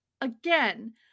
again